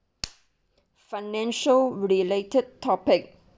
financial-related topic